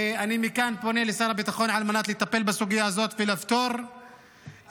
ואני פונה מכאן לשר הביטחון על מנת לטפל בסוגיה הזאת ולפתור את